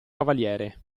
cavaliere